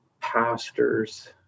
pastors